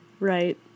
Right